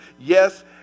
yes